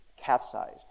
capsized